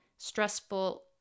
stressful